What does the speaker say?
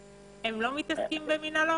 מומחים?